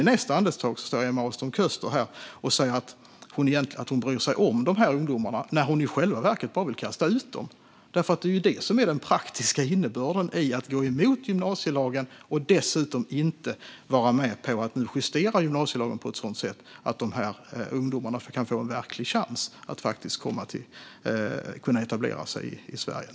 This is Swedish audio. I nästa andetag säger Emma Ahlström Köster att hon bryr sig om ungdomarna när hon i själva verket bara vill kasta ut dem. Det är den praktiska innebörden i att gå emot gymnasielagen och dessutom inte vara med på att justera gymnasielagen på ett sådant sätt att ungdomarna kan få en verklig chans att etablera sig i Sverige.